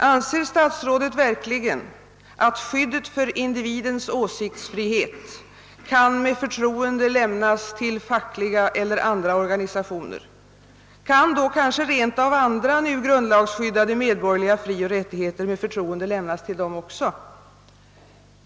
Anser statsrådet verkligen att skyddet för individens åsiktsfrihet med förtroende kan lämnas till fackliga eller andra organisationer? Kan då kanske rent av även andra, nu grundlagsskyddade medborgerliga frioch rättigheter med förtroende lämnas till dem?